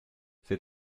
c’est